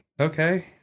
Okay